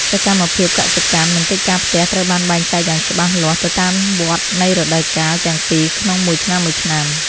សកម្មភាពកសិកម្ម និងកិច្ចការផ្ទះត្រូវបានបែងចែកយ៉ាងច្បាស់លាស់ទៅតាមវដ្តនៃរដូវកាលទាំងពីរក្នុងមួយឆ្នាំៗ។